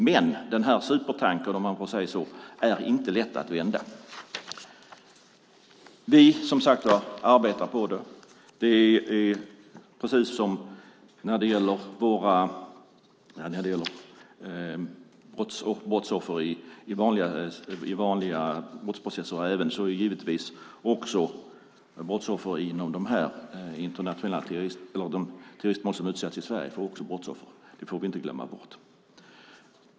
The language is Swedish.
Men den här supertankern, om man får säga så, är inte lätt att vända. Vi arbetar, som sagt var, på det. Precis som när det gäller brottsoffer i vanliga brottsprocesser är de som utsätts för terroristbrott internationellt också brottsoffer, det får vi inte glömma bort.